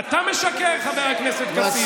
אתה משקר, חבר הכנסת כסיף.